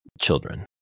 children